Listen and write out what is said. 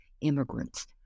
immigrants